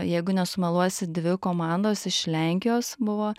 jeigu nesumeluosiu dvi komandos iš lenkijos buvo